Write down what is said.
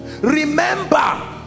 remember